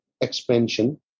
expansion